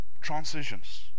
Transitions